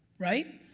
right?